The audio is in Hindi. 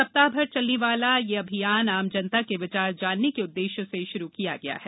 सप्ताह भर चलने वाला यह अभियान आम जनता के विचार जानने के उद्देश्य से शुरू किया गया है